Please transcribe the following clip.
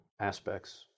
aspects